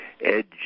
edge